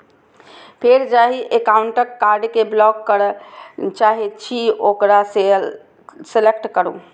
फेर जाहि एकाउंटक कार्ड कें ब्लॉक करय चाहे छी ओकरा सेलेक्ट करू